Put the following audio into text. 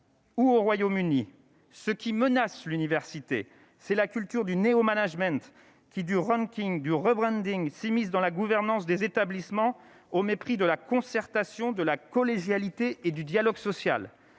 Ou au Royaume-Uni, ce qui menace l'université, c'est la culture du néo-management qui du ranking du re-branding s'immisce dans la gouvernance des établissements au mépris de la concertation de la collégialité et du dialogue social,